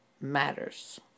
matters